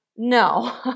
No